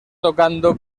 tocando